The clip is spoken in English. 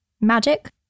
Magic